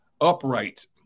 upright